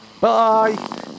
Bye